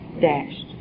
dashed